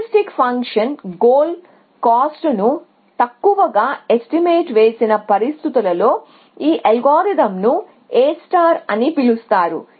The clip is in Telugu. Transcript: హ్యూరిస్టిక్ ఫంక్షన్ గోల్ కాస్ట్ ను తక్కువగా ఎస్టిమేట్ వేసిన పరిస్థితులలో ఈ అల్గోరిథంను A అని పిలుస్తారు